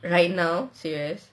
right now serious